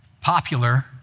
popular